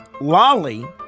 Lolly